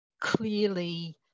clearly